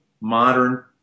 modern